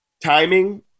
timing